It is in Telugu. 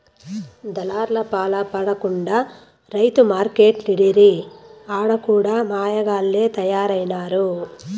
దళార్లపాల పడకుండా రైతు మార్కెట్లంటిరి ఆడ కూడా మాయగాల్లె తయారైనారు